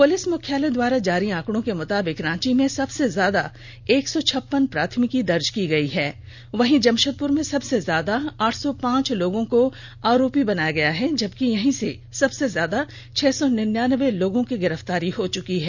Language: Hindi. पुलिस मुख्यालय द्वारा जारी आंकडों के मुताबिक रांची में सबसे ज्यादा एक सौ छप्पन प्राथमिकी दर्ज की गई है वहीं जमशेदपुर में सबसे ज्यादा आठ सौ पांच लोगों को आरोपी बनाया गया है जबकि यहीं से सबसे ज्यादा छह र्सो निन्यान्बे लोगों की गिरफ्तारी हो चुकी है